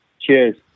Cheers